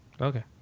Okay